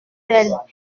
d’elle